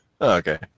Okay